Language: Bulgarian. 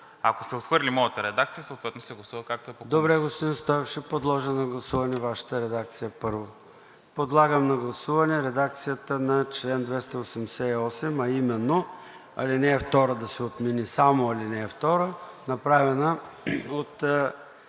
ако се отхвърли моята редакция, съответно се гласува, както е по Комисия.